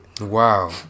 Wow